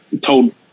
told